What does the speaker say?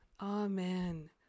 Amen